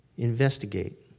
investigate